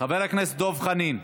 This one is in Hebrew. חבר הכנסת דב חנין,